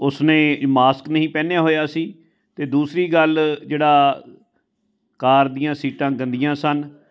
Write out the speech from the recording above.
ਉਸਨੇ ਮਾਸਕ ਨਹੀਂ ਪਹਿਨਿਆ ਹੋਇਆ ਸੀ ਅਤੇ ਦੂਸਰੀ ਗੱਲ ਜਿਹੜਾ ਕਾਰ ਦੀਆਂ ਸੀਟਾਂ ਗੰਦੀਆਂ ਸਨ